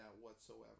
whatsoever